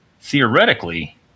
theoretically